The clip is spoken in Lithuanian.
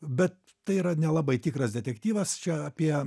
bet tai yra nelabai tikras detektyvas čia apie